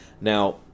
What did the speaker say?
Now